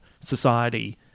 society –